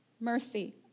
mercy